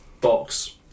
box